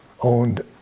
owned